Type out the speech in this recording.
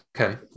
Okay